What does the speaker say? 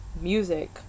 music